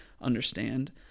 understand